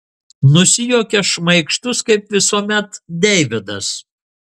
nusijuokia šmaikštus kaip visuomet deividas